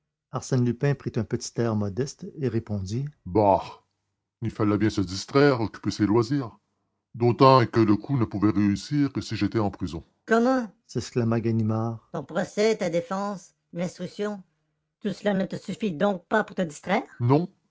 arsène lupin prit un petit air modeste et répondit bah il fallait bien se distraire occuper ses loisirs d'autant que le coup ne pouvait réussir que si j'étais en prison comment s'exclama ganimard votre procès votre défense l'instruction tout cela ne vous suffit donc pas pour vous distraire non